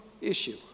issue